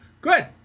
Good